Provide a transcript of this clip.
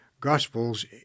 Gospels